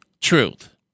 truth